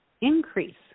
increase